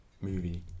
movie